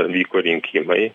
vyko rinkimai